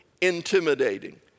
intimidating